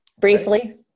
briefly